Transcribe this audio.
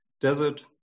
desert